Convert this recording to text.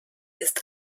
ist